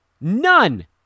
None